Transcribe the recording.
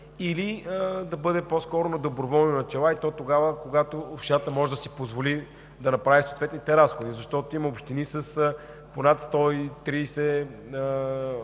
или да бъде по-скоро на доброволни начала тогава, когато общината може да си позволи да направи съответните разходи. Има общини с по над 130